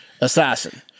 Assassin